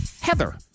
Heather